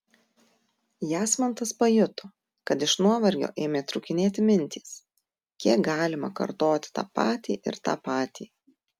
jasmantas pajuto kad iš nuovargio ėmė trūkinėti mintys kiek galima kartoti tą patį ir tą patį